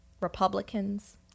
Republicans